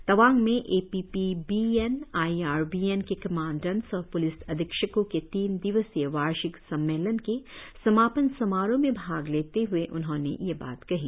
तावांग में A P P B N I R B N के commandants और police अधीक्षको के तीन दिवसीय वार्षिक सम्मेलन के समापन समारोह में भाग लेते हए उन्होने यह बात कही